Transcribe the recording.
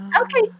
Okay